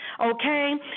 okay